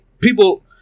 People